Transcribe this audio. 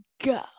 go